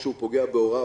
או שהוא פוגע בהוריו,